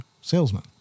salesman